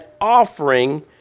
offering